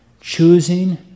choosing